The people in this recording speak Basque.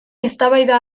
eztabaida